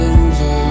over